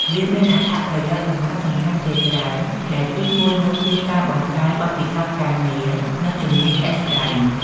វាមានអត្ថប្រយោជន៍សំខាន់ៗជាច្រើន ដែលទីមួយនោះគឺការបង្កើនបទពិសោធន៍ការងារ និងជំនាញជាក់ស្តែង ។